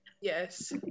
Yes